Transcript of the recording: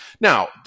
Now